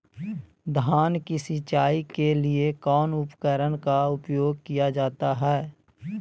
धान की सिंचाई के लिए कौन उपकरण का उपयोग किया जाता है?